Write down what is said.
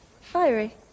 fiery